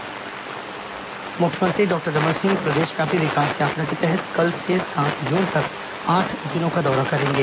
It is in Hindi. मुख्यमंत्री विकास यात्रा मुख्यमंत्री डॉक्टर रमन सिंह प्रदेशव्यापी विकास यात्रा के तहत कल से सात जून तक आठ जिलों का दौरा करेंगे